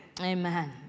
Amen